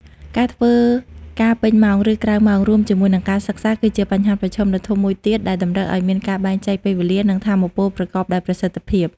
ការធ្វើការពេញម៉ោង ឬក្រៅម៉ោង រួមជាមួយនឹងការសិក្សា គឺជាបញ្ហាប្រឈមដ៏ធំមួយទៀត ដែលតម្រូវឱ្យមានការបែងចែកពេលវេលា និងថាមពលប្រកបដោយប្រសិទ្ធភាព។